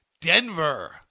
Denver